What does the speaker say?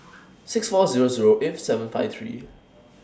six four Zero Zero eight seven five three